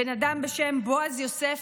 בן אדם בשם בועז יוסף.